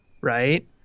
Right